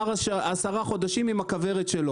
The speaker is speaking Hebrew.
עשרה חודשים,